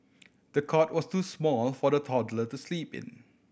the cot was too small for the toddler to sleep in